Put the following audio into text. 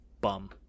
Bum